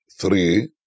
three